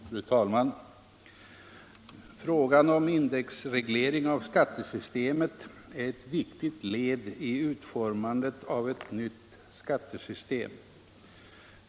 Fru talman! Frågan om indexreglering av skattesystemet är ett viktigt led i utformandet av ett nytt skattesystem.